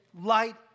light